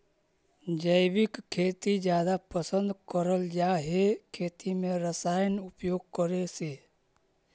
जैविक खेती जादा पसंद करल जा हे खेती में रसायन उपयोग करे से